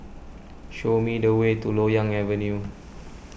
show me the way to Loyang Avenue